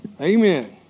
Amen